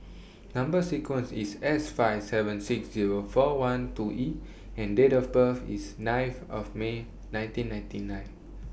Number sequence IS S five seven six Zero four one two E and Date of birth IS ninth of May nineteen ninety nine